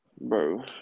Bro